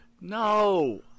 No